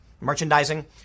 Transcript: merchandising